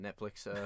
netflix